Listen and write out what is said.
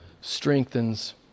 strengthens